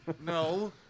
No